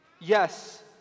Yes